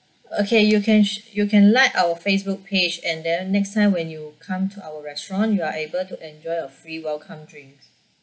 okay you can you can like our facebook page and then next time when you come to our restaurant you are able to enjoy a free welcome drinks